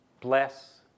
bless